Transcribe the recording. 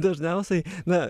dažniausiai na